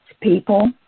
people